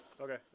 Okay